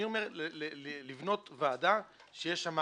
אני אומר לבנות ועדה שיש בה